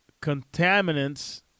contaminants